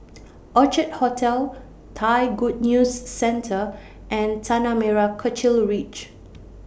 Orchard Hotel Thai Good News Centre and Tanah Merah Kechil Ridge